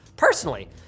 Personally